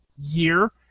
year